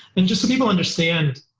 and just so people understand,